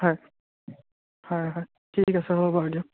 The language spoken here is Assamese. হয় হয় হয় ঠিক আছে হ'ব বাৰু দিয়ক